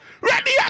Ready